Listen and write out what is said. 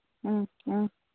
ꯎꯝ ꯎꯝ